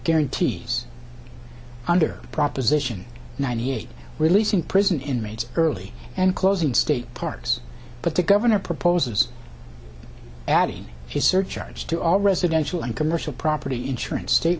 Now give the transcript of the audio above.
guarantees under proposition ninety eight releasing prison inmates early and closing state parks but the governor proposes adding his surcharge to all residential and commercial property insurance state